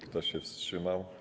Kto się wstrzymał?